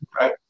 right